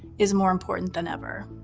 is more important than ever.